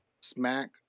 smack